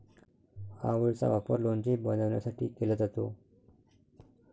आवळेचा वापर लोणचे बनवण्यासाठी केला जातो